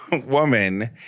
woman